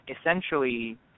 essentially